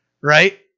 right